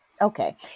Okay